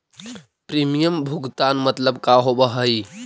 Premium भुगतान मतलब का होव हइ?